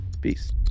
Peace